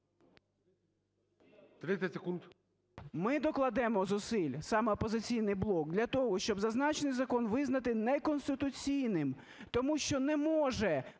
Ми докладемо зусиль, саме "Опозиційний блок", для того, щоб зазначений закон визнати неконституційним, тому що не може